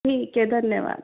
ठीक है धन्यवाद